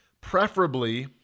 preferably